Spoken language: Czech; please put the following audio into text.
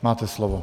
Máte slovo.